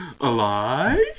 alive